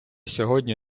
сьогодні